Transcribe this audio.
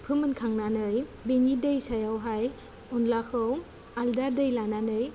फोमोनखांनानै बेनि दै सायावहाय अनलाखौ आलदा दै लानानै